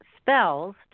spells